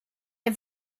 had